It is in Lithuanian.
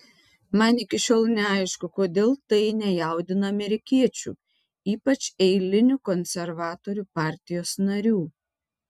man iki šiol neaišku kodėl tai nejaudina amerikiečių ypač eilinių konservatorių partijos narių